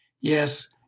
Yes